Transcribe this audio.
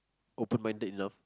open minded enough